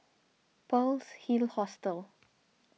Pearl's Hill Hostel